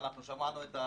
ואנחנו שמענו,